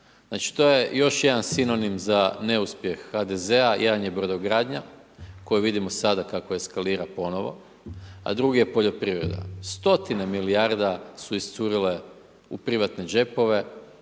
Znači to je još jedan sinonim za neuspjeh HDZ-a jedan je brodogradnja, koju vidimo sada kako eskalira ponovno, a drugi je poljoprivreda. Stotine milijarda su iscurile u privatne džepove,